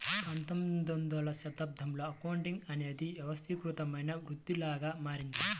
పంతొమ్మిదవ శతాబ్దంలో అకౌంటింగ్ అనేది వ్యవస్థీకృతమైన వృత్తిలాగా మారింది